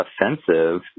offensive